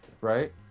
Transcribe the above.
right